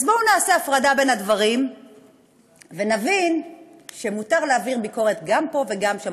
אז בואו נעשה הפרדה בין הדברים ונבין שמותר להעביר ביקורת גם פה וגם שם,